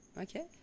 Okay